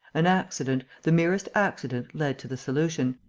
an accident, the merest accident led to the solution,